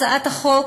הצעת החוק